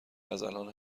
ازالان